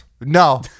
No